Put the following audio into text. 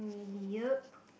yup